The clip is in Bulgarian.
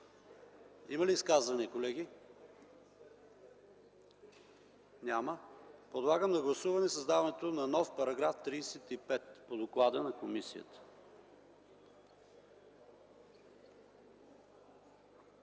Има ли изказвания, колеги? Няма. Подлагам на гласуване създаването на нов § 35 по доклада на комисията.